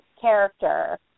character